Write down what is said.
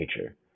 nature